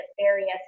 various